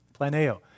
planeo